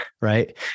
right